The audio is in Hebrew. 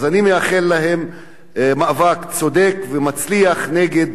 אז אני מאחל להם מאבק צודק ומצליח נגד